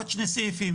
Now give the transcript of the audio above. עוד שני סעיפים,